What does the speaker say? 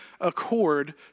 accord